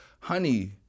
honey